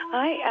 Hi